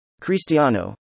Cristiano